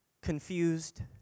confused